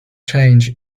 change